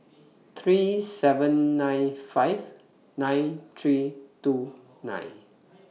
three seven nine five nine three two nine